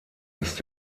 ist